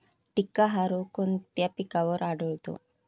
टिक्का हा रोग कोणत्या पिकावर आढळतो?